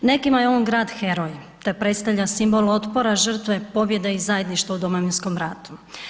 Nekima je on grad heroj te predstavlja simbol otpora, žrtve, pobjede i zajedništva u Domovinskom ratu.